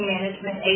Management